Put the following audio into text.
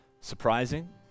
surprising